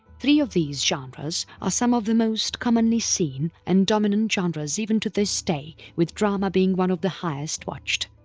three of these genres are some of the most commonly seen and dominant genres even to this day with drama being one of the highest watched.